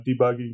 debugging